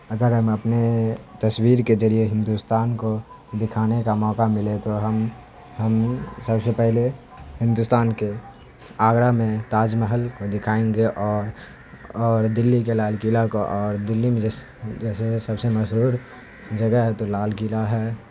اگر ہم اپنے تصویر کے ذریعے ہندوستان کو دکھانے کا موقع ملے تو ہم ہم سب سے پہلے ہندوستان کے آگرہ میں تاج محل کو دکھائیں گے اور اور دلی کے لال قلعہ کو اور دلی میں جس جیسے سب سے مشہور جگہ ہے تو لال قلعہ ہے